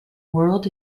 world